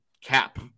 cap